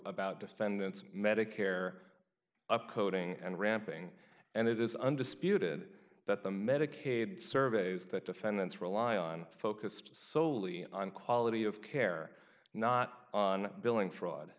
about defendants medicare up coding and ramping and it is undisputed that the medicaid surveys that defendants rely on focused soley on quality of care not on billing fraud